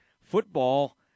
Football